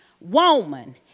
woman